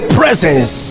presence